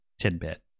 tidbit